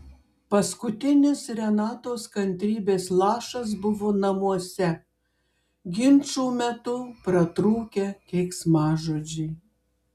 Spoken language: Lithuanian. paskutinis renatos kantrybės lašas buvo namuose ginčų metu pratrūkę keiksmažodžiai